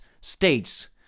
states